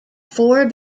four